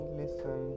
listen